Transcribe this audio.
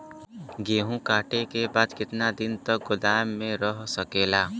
गेहूँ कांटे के बाद कितना दिन तक गोदाम में रह सकेला?